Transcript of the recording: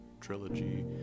trilogy